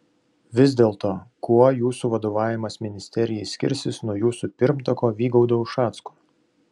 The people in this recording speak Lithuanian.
vis dėlto kuo jūsų vadovavimas ministerijai skirsis nuo jūsų pirmtako vygaudo ušacko